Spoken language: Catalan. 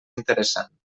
interessant